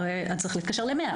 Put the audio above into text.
-- אני צריך להתקשר 100",